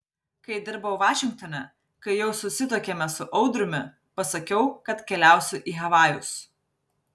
kai dirbau vašingtone kai jau susituokėme su audriumi pasakiau kad keliausiu į havajus